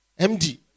MD